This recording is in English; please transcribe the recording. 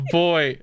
boy